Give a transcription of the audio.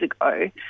ago